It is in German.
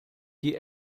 die